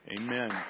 Amen